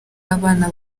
abana